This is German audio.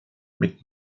mit